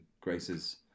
Grace's